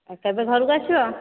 ଆଉ କେବେ ଘରକୁ ଆସିବ